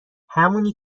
همونی